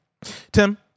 Tim